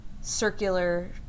circular